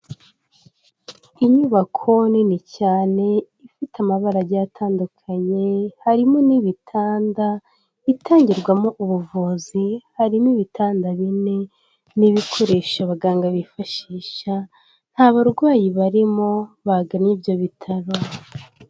Inyubako nini cyane, ifite amabara agiye atandukanye, harimo n'ibitanda, itangirwamo ubuvuzi, harimo ibitanda bine n'ibikoresho abaganga bifashisha, nta barwayi barimo, baganye ibyo bitaro.